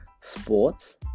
sports